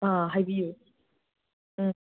ꯍꯥꯏꯕꯤꯌꯨ